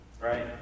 right